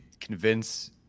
convince